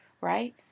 Right